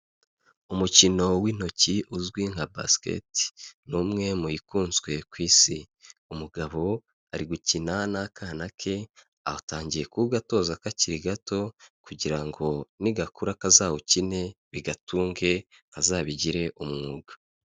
Umukino w'intoki uzwi nka basiketi ni umwe mu yikunzwe ku isi, umugabo ari gukina n'akana ke atangiye kuwugatoza kakiri gato kugira ngo nigakura kazawukine bigatunge, kazabigire umwuga.